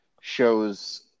shows